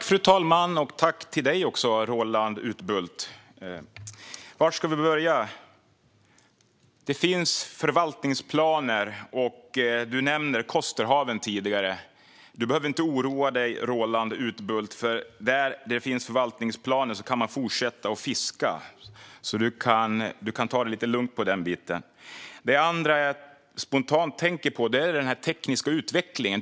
Fru talman! Tack, Roland Utbult! Var ska vi börja? Det finns förvaltningsplaner, och du nämnde Kosterhavet tidigare, Roland Utbult. Du behöver inte oroa dig, för där det finns förvaltningsplaner kan man fortsätta att fiska. Du kan ta det lugnt när det gäller den biten. Det andra som jag spontant tänker på är den tekniska utvecklingen.